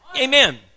Amen